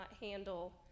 handle